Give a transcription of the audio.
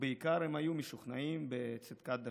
ובעיקר הם היו משוכנעים בצדקת דרכם.